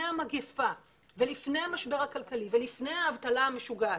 המגיפה ולפני המשבר הכלכלי ולפני האבטלה המשוגעת,